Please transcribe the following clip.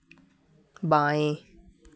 बाएँ